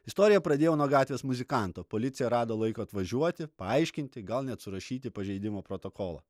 istoriją pradėjau nuo gatvės muzikanto policija rado laiko atvažiuoti paaiškinti gal net surašyti pažeidimo protokolą